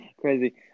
Crazy